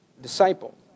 disciple